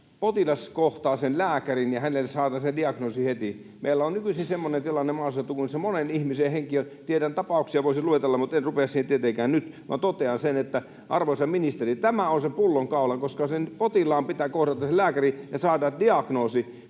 potilas kohtaa lääkärin ja hänelle saadaan diagnoosi heti. Meillä on nykyisin semmoinen tilanne maaseutukunnissa, että monen ihmisen henki on... Tiedän tapauksia, voisin luetella, mutta en rupea siihen tietenkään nyt, vaan totean sen, arvoisa ministeri, että tämä on se pullonkaula, koska sen potilaan pitää kohdata se lääkäri ja saada diagnoosi.